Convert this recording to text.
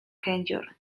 kędzior